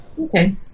Okay